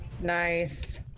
Nice